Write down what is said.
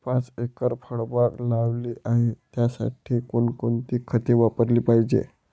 पाच एकर फळबाग लावली आहे, त्यासाठी कोणकोणती खते वापरली पाहिजे?